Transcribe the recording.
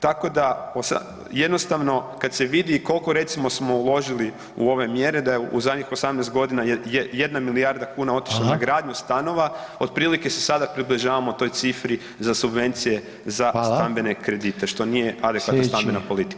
Tako da jednostavno kada se vidi koliko recimo smo uložili u ove mjere da je u zadnjih 18 godina 1 milijarda kuna otišla na gradnju stanova, otprilike se sada približavamo toj cifri za subvencije za stambene kredite što nije adekvatna stambena politika.